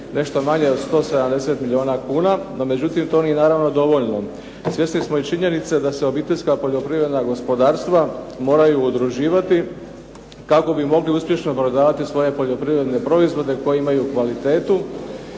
nešto manje od 170 milijuna kuna, no međutim to nije naravno dovoljno. Svjesni smo i činjenice da se obiteljska poljoprivredna gospodarstva moraju udruživati kako bi mogli uspješno prodavati svoje poljoprivredne proizvode koji imaju kvalitetu.